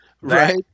right